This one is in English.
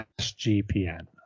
SGPN